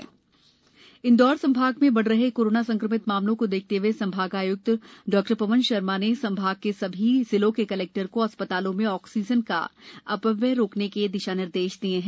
oxygen प्रभारी इंदौर संभाग में बढ़ रहे कोरोना संक्रमित मामलों को देखते हए संभागाय्क्त डॉ वन शर्मा ने संभाग के सभी जिलों के कलेक्टर को अस् तालों में ऑक्सीजन का अ व्यय रोकने के दिशा निर्देश दिये है